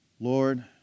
Lord